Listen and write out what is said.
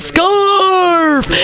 Scarf